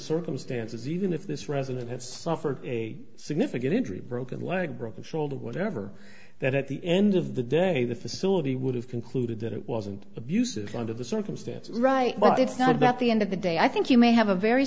circumstances even if this resident has suffered a significant injury broken leg broken shoulder whatever that at the end of the day the facility would have concluded that it wasn't abusive under the circumstances right but it's not that the end of the day i think you may have a very